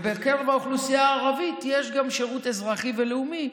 בקרב האוכלוסייה הערבית יש גם שירות אזרחי ולאומי,